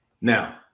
Now